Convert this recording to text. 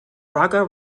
raga